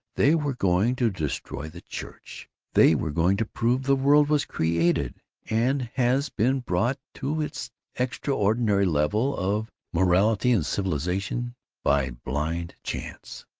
they were going to destroy the church they were going to prove the world was created and has been brought to its extraordinary level of morality and civilization by blind chance.